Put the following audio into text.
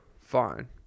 Fine